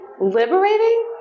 liberating